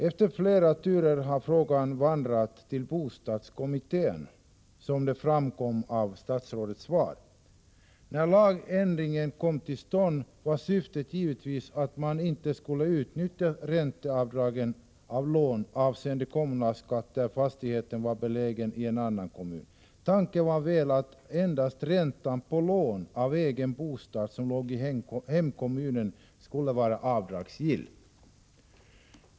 Efter flera turer har frågan vandrat till bostadskommittén, som framgick av statsrådets svar. När lagändringen kom till stånd var syftet givetvis att man inte skulle utnyttja ränteavdrag för lån avseende kommunalskatt, om fastigheten var belägen i en annan kommun än hemortskommunen. Tanken var väl att endast räntan på lån för egen bostad i hemkommunen skulle vara avdragsgill.